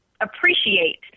appreciate